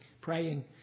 praying